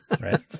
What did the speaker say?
Right